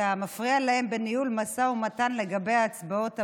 אתה מפריע להם בניהול משא ומתן לגבי ההצבעות הבאות.